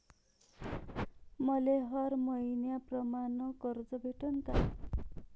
मले हर मईन्याप्रमाणं कर्ज भेटन का?